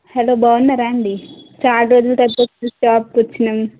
hello బాగున్నారా అండి చాలా రోజుల తర్వాత షాపుకి వచ్చాము